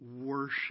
worship